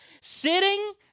Sitting